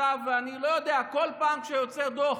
אני לא יודע, בכל פעם שיוצא דוח